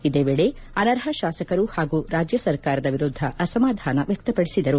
ಇದೇ ವೇಳೆ ಅನರ್ಹ ಶಾಸಕರು ಹಾಗೂ ರಾಜ್ಯ ಸರ್ಕಾರದ ವಿರುದ್ದ ಅಸಮಾಧಾನ ವ್ಯಕ್ತಪಡಿಸಿದರು